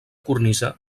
cornisa